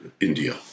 India